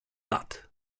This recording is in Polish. lat